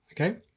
Okay